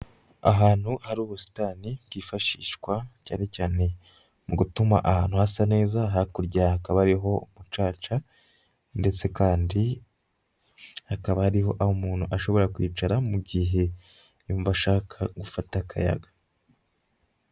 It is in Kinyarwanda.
Ahantu hari ubusitani bwifashishwa cyane cyane mu gutuma ahantu hasa neza hakurya hakaba hariho umucaca, ndetse kandi hakaba ariho aho umuntu ashobora kwicara mu gihe yumva ashaka gufata akayaga.